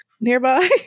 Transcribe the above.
nearby